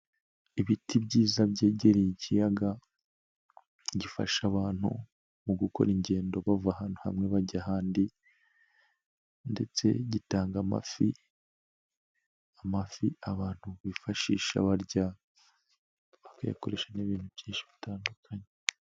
Ibiti byiza byegereye ikiyaga, gifasha abantu mu gukora ingendo bava ahantu hamwe bajya ahandi ndetse gitanga amafi, amafi abantu bifashisha barya, bakayakoresha n'ibintu byinshi bitandukanye.